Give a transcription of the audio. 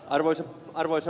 arvoisa puhemies